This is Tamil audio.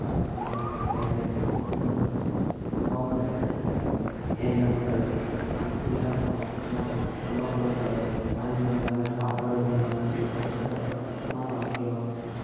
காசு பணம் இல்லாத மக்கள் ஏழை மக்கள் மட்டுந்தான் கவுர்மெண்ட் ஹாஸ்பிட்டலுக்கு போகிறாங்க ஏன் என்ன பண்றதுன்னால் அவங்கக்கிட்ட இல்லாத பணம் என்ன பண்றது அங்கே போனால் செலவாகிரும் அதுக்கு நம்மளால் சாப்பாடுக்கும் இல்லாமல் ஒரு கஷ்டத்தோட கஷ்டமான வாழ்க்கையை வாழ்ந்துகிட்டு இருப்பாங்க